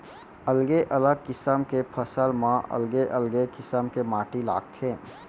अलगे अलग किसम के फसल म अलगे अलगे किसम के माटी लागथे